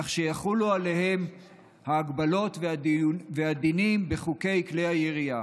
כך שיחולו עליהם ההגבלות והדינים בחוקי כלי הירייה,